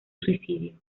suicidio